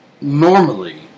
normally